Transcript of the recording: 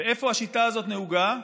ואיפה השיטה הזאת נהוגה?